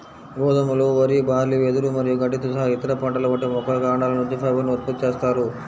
గోధుమలు, వరి, బార్లీ, వెదురు మరియు గడ్డితో సహా ఇతర పంటల వంటి మొక్కల కాండాల నుంచి ఫైబర్ ను ఉత్పత్తి చేస్తారు